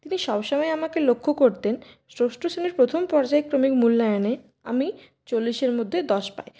তিনি সবসময় আমাকে লক্ষ্য করতেন ষষ্ঠ শ্রেণীর প্রথম পর্যায়ক্রমিক মূল্যায়নে আমি চল্লিশের মধ্যে দশ পাই